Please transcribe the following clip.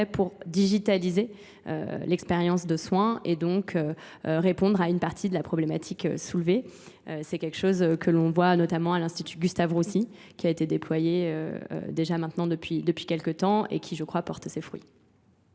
pour digitaliser l'expérience de soins et donc répondre à une partie de la problématique soulevée. C'est quelque chose que l'on voit notamment à l'Institut Gustave Roussi qui a été déployé déjà maintenant depuis quelques temps et qui je crois porte ses fruits.